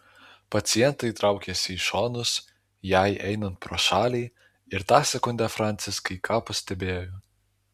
pacientai traukėsi į šonus jai einant pro šalį ir tą sekundę francis kai ką pastebėjo